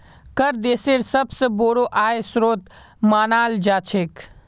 कर देशेर सबस बोरो आय स्रोत मानाल जा छेक